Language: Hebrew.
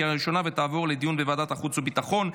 לוועדת החוץ והביטחון,